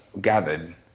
gathered